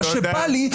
מה שבא לי,